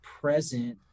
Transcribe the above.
present